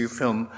film